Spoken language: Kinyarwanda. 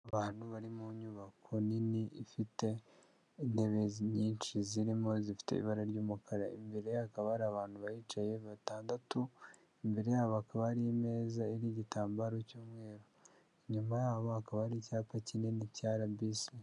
Abantu bari mu nyubako nini ifite intebe nyinshi zirimo izifite ibara ry'umukara, imbere hakaba hari abantu bahicaye batandatu, imbere yabo hakaba hari imeza iriho igitambaro cy'umweru, inyuma yabo hakaba hari icyapa kinini cya RBC(Rwanda Biomedical Centre).